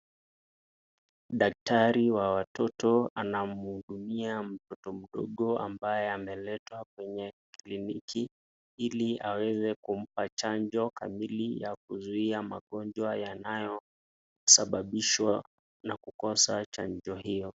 Daktari wa watoto anamhudumia mtoto mdogo ambaye ameletwa kwenye kliniki, ili aweze kumpa chanjo kamili ya kuzuia magonjwa yanayo sababishwa na kukosa chanjo hiyo.